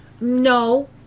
No